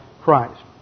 Christ